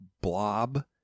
blob